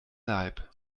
leib